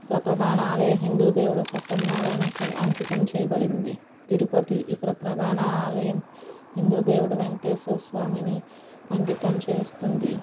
ఇక్కడ ప్రధాన ఆలయ హిందూ దేవుడు సత్యనారాయణకి అంకితం చేయబడింది తిరుపతి ఇక్కడ ప్రధాన ఆలయం హిందూ దేవుడు వెంకటేశ్వర స్వామిని అంకితం చేస్తుంది